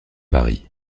paris